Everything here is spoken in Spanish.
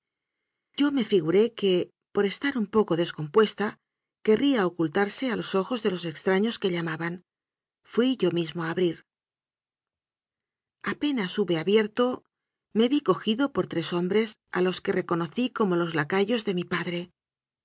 yo me figuré que por estar un poco descompuesta querría ocultarse a los ojos de los extraños que llamaban fui yo mismo a abrir apenas hube abierto me vi cogido por tres hombres a los que reconocí como los lacayos de mi padre